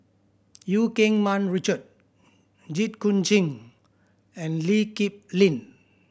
Eu Keng Mun Richard Jit Koon Ch'ng and Lee Kip Lin